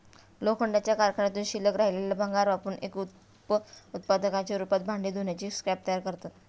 लोखंडाच्या कारखान्यातून शिल्लक राहिलेले भंगार वापरुन एक उप उत्पादनाच्या रूपात भांडी धुण्याचे स्क्रब तयार करतात